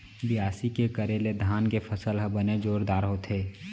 बियासी के करे ले धान के फसल ह बने जोरदार होथे